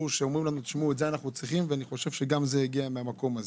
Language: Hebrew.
ואני חושב שגם החוק הזה הגיע מהמקום הזה.